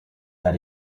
that